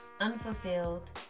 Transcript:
unfulfilled